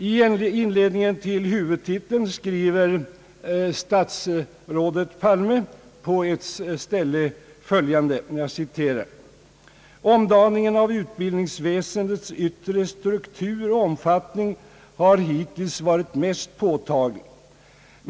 I inledningen till huvudtiteln skriver statsrådet Palme på ett ställe följande: »Omdaningen av utbildningsväsendets yttre struktur och omfattning har hittills varit mest påtaglig.